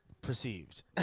Perceived